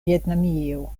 vjetnamio